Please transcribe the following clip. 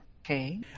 Okay